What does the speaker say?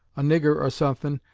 a nigger or suthin',